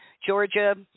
Georgia